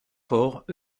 forts